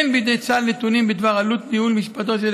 אין בידי צה"ל נתונים בדבר עלות ניהול משפטו של